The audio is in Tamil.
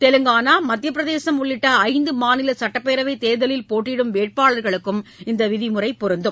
தெலங்கானா மத்தியப்பிரதேசம் உள்ளிட்டஐந்துமாநிலசுட்டப்பேரவைத் தேர்தலில் போட்டியிடும் வேட்பாளர்களுக்கும் இந்தவிதிமுறைபொருந்தும்